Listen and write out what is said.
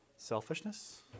Selfishness